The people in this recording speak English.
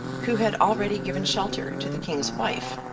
who had already given shelter to the king's wife,